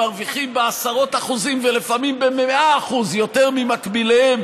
מרוויחים בעשרות אחוזים ולפעמים ב-100% יותר ממקביליהם